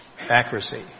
accuracy